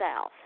south